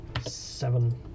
Seven